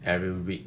every week